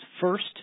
First